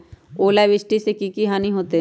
ओलावृष्टि से की की हानि होतै?